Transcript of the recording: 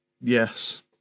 yes